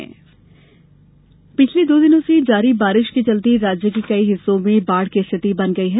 मौसम पिछले दो दिनों से जारी बारिश के चलते राज्य के कई हिस्सों में बाढ़ की स्थिति बन गई है